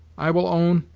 i will own,